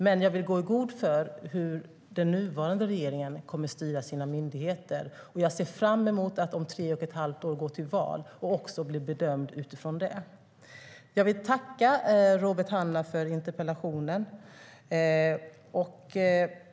Men jag vill gå i god för hur den nuvarande regeringen kommer att styra sina myndigheter, och jag ser fram emot att om tre och ett halvt år gå till val och också bli bedömd utifrån det. Jag vill tacka Robert Hannah för interpellationen.